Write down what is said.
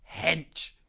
Hench